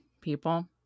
people